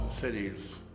cities